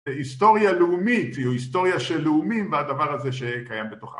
זה היסטוריה לאומית, היא היסטוריה של לאומים והדבר הזה שקיים בתוכה